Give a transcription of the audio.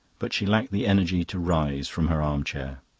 but she lacked the energy to rise from her arm-chair.